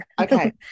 Okay